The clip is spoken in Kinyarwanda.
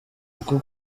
uko